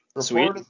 Sweet